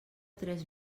tres